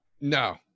No